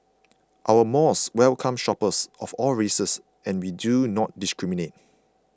our malls welcome shoppers of all races and we do not discriminate